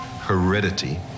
heredity